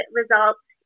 results